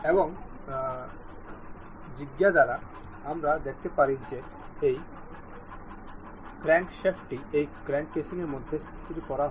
এবং স্বজ্ঞা দ্বারা আমরা দেখতে পারি যে এই ক্র্যাঙ্কশ্যাফটটি এই ক্র্যাঙ্ক কেসিংয়ের মধ্যে স্থির করা হবে বলে মনে করা হয়